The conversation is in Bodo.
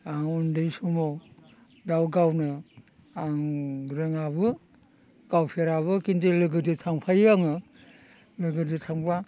आं उन्दै समाव दाउ गावनो आं रोङाबो गावफेराबो खिन्थु लोगोदो थांफायो आङो लोगोजो थांब्ला